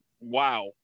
wow